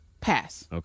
pass